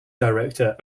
director